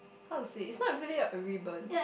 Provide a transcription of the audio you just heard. how to say is not fully a ribbon